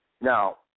now